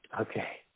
Okay